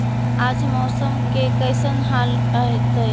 आज मौसम के कैसन हाल रहतइ?